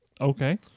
Okay